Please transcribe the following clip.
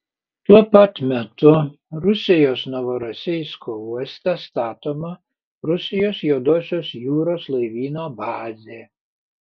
tuo pat metu rusijos novorosijsko uoste statoma rusijos juodosios jūros laivyno bazė